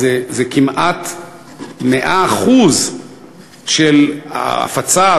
זה כמעט 100% של הפצה,